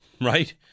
right